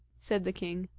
said the king.